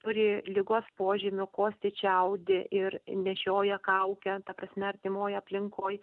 turi ligos požymių kosti čiaudi ir nešioja kaukę ta prasme artimoje aplinkoj